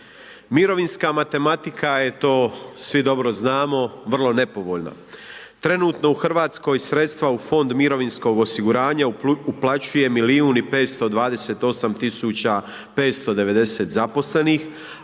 Mirovinska matematika eto svi dobro znamo vrlo nepovoljno, trenutno u Hrvatskoj sredstva u fond mirovinskog osiguranja uplaćuje 1.528.590 zaposlenih